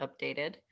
updated